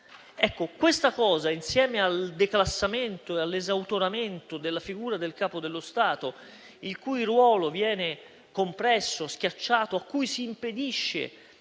Ecco, questa cosa, insieme al declassamento e all'esautoramento della figura del Capo dello Stato, il cui ruolo viene compresso e schiacciato, a cui si impedisce